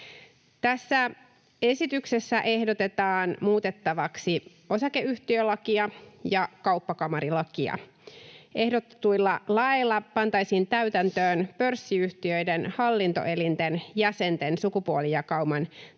Tässä esityksessä ehdotetaan muutettavaksi osakeyhtiölakia ja kauppakamarilakia. Ehdotetuilla laeilla pantaisiin täytäntöön pörssiyhtiöiden hallintoelinten jäsenten sukupuolijakauman